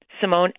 Simone